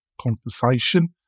conversation